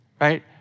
right